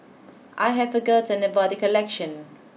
I hadforgotten about the collection